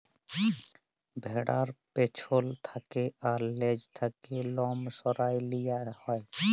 ভ্যাড়ার পেছল থ্যাকে আর লেজ থ্যাকে লম সরাঁয় লিয়া হ্যয়